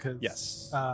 Yes